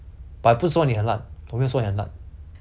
but 我觉得你可以做比较好一点